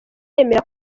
yemera